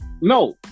no